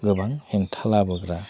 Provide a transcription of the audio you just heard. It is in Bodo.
गोबां हेंथा लाबोग्रा